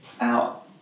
out